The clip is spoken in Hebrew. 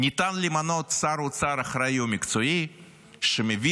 ניתן למנות שר אוצר אחראי ומקצועי שמבין